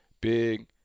Big